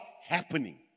happening